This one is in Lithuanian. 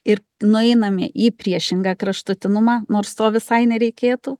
ir nueiname į priešingą kraštutinumą nors to visai nereikėtų